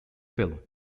film